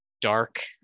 dark